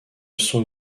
sont